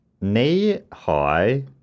knee-high